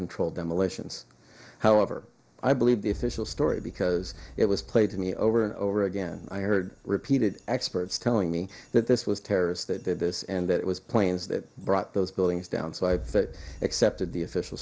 controlled demolitions however i believe the official story because it was played to me over and over again i heard repeated experts telling me that this was terrorists that did this and that it was planes that brought those buildings down so i accepted the official